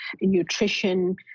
nutrition